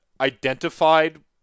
identified